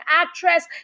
actress